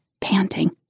panting